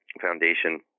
foundation